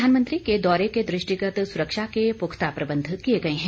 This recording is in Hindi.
प्रधानमंत्री के दौरे के दृष्टिगत सुरक्षा के पुख्ता प्रबंध किए गए हैं